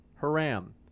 haram